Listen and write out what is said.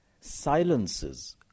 Silences